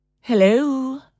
Hello